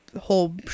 whole